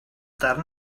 darn